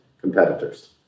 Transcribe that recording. competitors